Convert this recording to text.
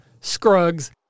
Scruggs